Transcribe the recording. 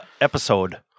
episode